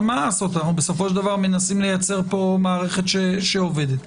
בסופו של דבר אנחנו מנסים לייצר מערכת שעובדת.